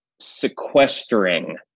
sequestering